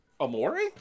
Amori